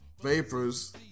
Vapors